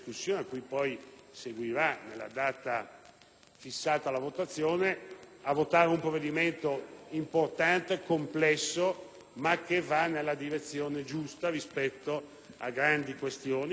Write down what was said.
dopo la discussione a votare un provvedimento importante e complesso che va nella direzione giusta rispetto a grandi questioni che tutti conoscono e che sono continuamente